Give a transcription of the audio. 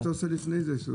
וגם אם אתה עושה לפני זה,